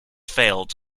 failed